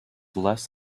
less